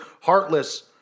heartless